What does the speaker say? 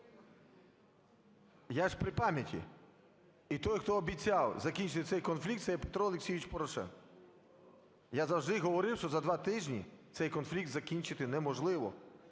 Я ж при пам'яті, і той, хто обіцяв закінчити цей конфлікт, - це є Петро Олексійович Порошенко. Я завжди говорив, що за два тижні цей конфлікт закінчити неможливо.